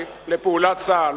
לפעולת צה"ל,